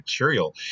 material